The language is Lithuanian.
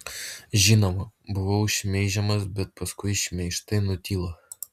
žinoma buvau šmeižiamas bet paskui šmeižtai nutilo